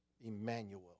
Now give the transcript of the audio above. Emmanuel